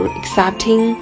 accepting